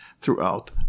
throughout